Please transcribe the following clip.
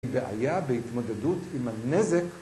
בעיה בהתמודדות עם הנזק